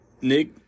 Nick